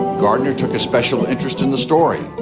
gardner took a special interest in the story,